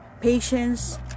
patience